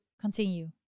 continue